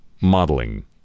modeling